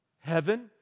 Heaven